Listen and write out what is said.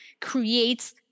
creates